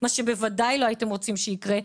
מה שבוודאי לא הייתם רוצים שיקרה,